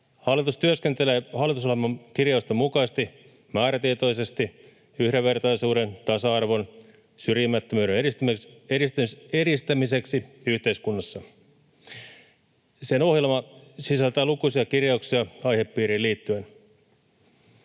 Hallitus työskentelee hallitusohjelman kirjausten mukaisesti määrätietoisesti yhdenvertaisuuden, tasa-arvon ja syrjimättömyyden edistämiseksi yhteiskunnassa. Sen ohjelma sisältää lukuisia kirjauksia aihepiiriin liittyen.